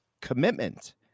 commitment